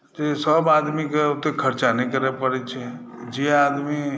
जे सभ आदमीके ओतय खर्चा नहि करए परै छै जे आदमी